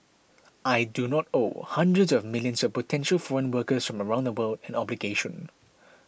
I do not owe hundreds of millions of potential foreign workers from around the world an obligation